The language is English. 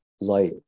light